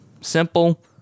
Simple